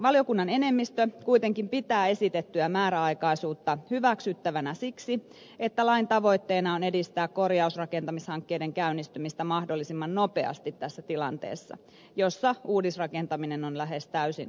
valiokunnan enemmistö kuitenkin pitää esitettyä määräaikaisuutta hyväksyttävänä siksi että lain tavoitteena on edistää korjausrakentamishankkeiden käynnistymistä mahdollisimman nopeasti tässä tilanteessa jossa uudisrakentaminen on lähes täysin pysähdyksissä